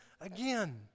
again